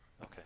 Okay